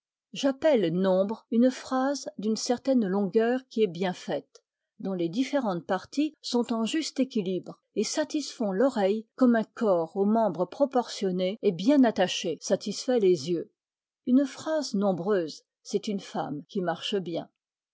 j'appelle nombre une phrase d'une certaine longueur qui est bien faite dont les différentes parties sont en juste équilibre et satisfont l'oreille comme un corps aux membres proportionnés et bien attachés satisfait les yeux une phrase nombreuse c'est une femme qui marche bien